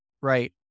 Right